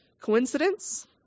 Coincidence